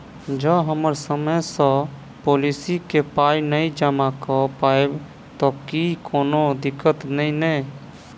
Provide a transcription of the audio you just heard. जँ हम समय सअ पोलिसी केँ पाई नै जमा कऽ पायब तऽ की कोनो दिक्कत नै नै?